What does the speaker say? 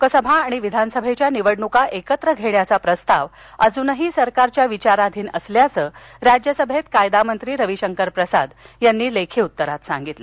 लोकसभा आणि विधानसभेच्या निवडणुका एकत्र घेण्याचा प्रस्ताव अजूनही सरकारच्या विचाराधीन असल्याचं राज्यसभेत कायदा मंत्री रविशंकर प्रसाद यांनी लेखी उत्तरात सांगितल